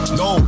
no